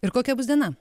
ir kokia bus diena